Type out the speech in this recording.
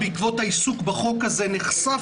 בעקבות העיסוק בהצעת החוק הזאת,